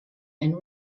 and